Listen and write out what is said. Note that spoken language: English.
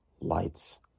lights